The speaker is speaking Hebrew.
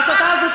וההסתה הזאת,